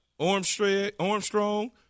Armstrong